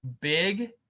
big